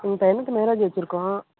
எங்கள் பையனுக்கு மேரேஜ் வைச்சிருக்கோம்